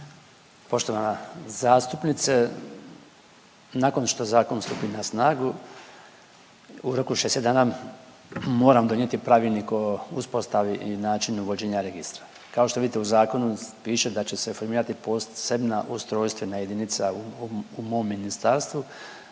Poštovana zastupnice, nakon što zakon stupi na snagu u roku od 60 dana moram donijeti pravilnik o uspostavi i načinu vođenja registra. Kao što vidite u zakonu piše da će se formirati posebna ustrojstvena jedinica u mom ministarstvu